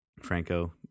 Franco